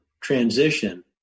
transition